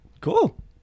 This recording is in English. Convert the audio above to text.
cool